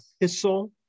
epistle